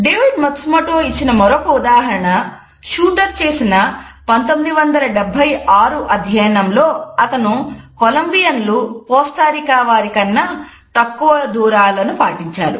David Matsumoto వారి కన్నా తక్కువ దూరాలను పాటించారు